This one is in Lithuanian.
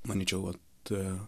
manyčiau vat